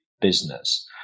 business